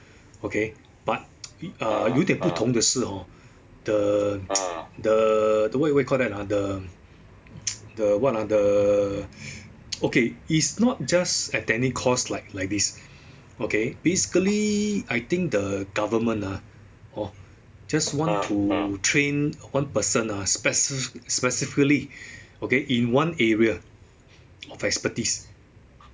okay but err 有一点不同的是 hor the the th~ wh~ wh~ what you call that ah the the what ah the okay it's not just at any course like like this okay basically I think the government ah hor just want to pay one person ah speci~ specifically okay in one area of expertise